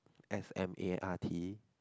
S_M_A_R_T